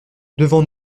devant